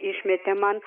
išmetė man